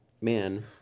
man